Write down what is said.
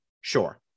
sure